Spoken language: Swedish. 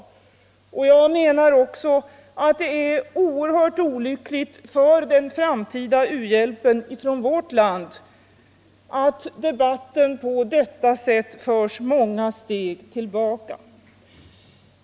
Jag menar också att det är oerhört olyckligt för den framtida u-hjälpen från vårt land att debatten på detta sätt förs många steg tillbaka.